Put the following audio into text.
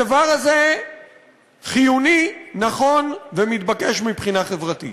הדבר הזה חיוני, נכון ומתבקש מבחינה חברתית.